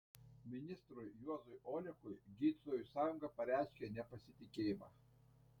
ministrui juozui olekui gydytojų sąjunga pareiškė nepasitikėjimą